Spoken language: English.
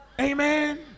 Amen